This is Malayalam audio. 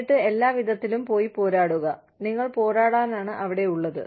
എന്നിട്ട് എല്ലാ വിധത്തിലും പോയി പോരാടുക നിങ്ങൾ പോരാടാനാണ് അവിടെയുള്ളത്